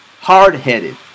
hard-headed